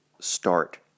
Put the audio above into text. start